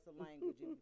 language